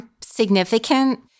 significant